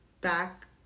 back